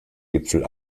gipfel